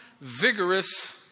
vigorous